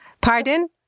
Pardon